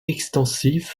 extensive